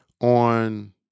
on